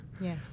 Yes